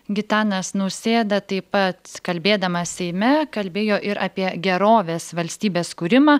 gitanas nausėda taip pat kalbėdamas seime kalbėjo ir apie gerovės valstybės kūrimą